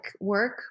work